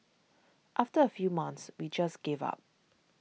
after a few months we just gave up